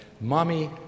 Mommy